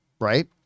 Right